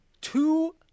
Two